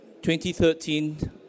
2013